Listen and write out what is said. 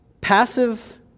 Passive